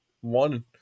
one